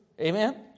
Amen